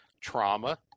trauma